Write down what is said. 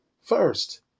first